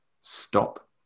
stop